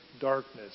darkness